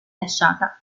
lasciata